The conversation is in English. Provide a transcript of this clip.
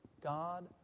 God